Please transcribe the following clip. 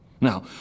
Now